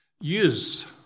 use